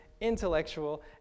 intellectual